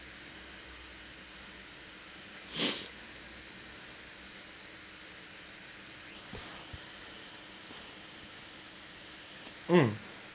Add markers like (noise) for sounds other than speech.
(breath) mm